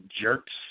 jerks